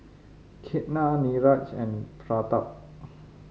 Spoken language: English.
Ketna Niraj and Pratap